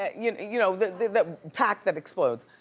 ah you know you know the the pack that explodes.